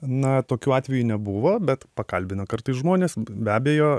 na tokių atvejų nebuvo bet pakalbina kartais žmonės be abejo